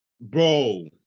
Bro